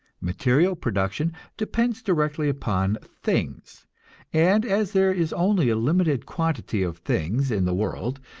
material production depends directly upon things and as there is only a limited quantity of things in the world,